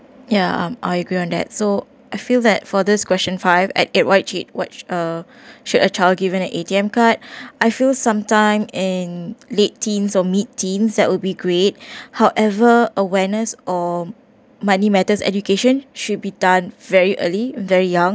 ya I'm I agree on that so I feel that for this question five at age what age what uh should a child given an A_T_M card I feel some time in late teens or mid teens that would be great however awareness or money matters education should be done very early very young